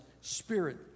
Spirit